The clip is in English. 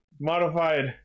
modified